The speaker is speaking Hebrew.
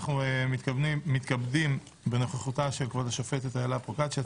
אנחנו מתכבדים בנוכחותה של כבוד השופטת אילה פרוקצ'יה,